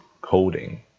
coding